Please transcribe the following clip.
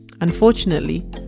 Unfortunately